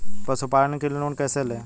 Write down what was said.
पशुपालन के लिए लोन कैसे लें?